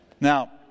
Now